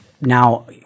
now